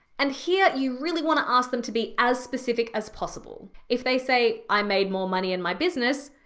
and here you really wanna ask them to be as specific as possible. if they say i made more money in my business,